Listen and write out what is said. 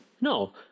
No